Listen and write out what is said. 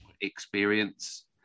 experience